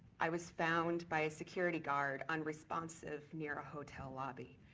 i was found by a security guard unresponsive near a hotel lobby.